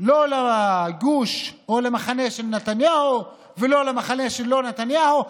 לא לגוש או למחנה של נתניהו ולא למחנה של לא נתניהו.